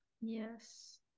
Yes